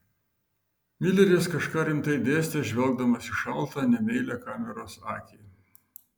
mileris kažką rimtai dėstė žvelgdamas į šaltą nemeilią kameros akį